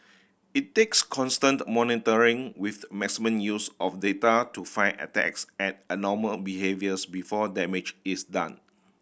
it takes constant monitoring with maximum use of data to find attacks and abnormal behaviours before damage is done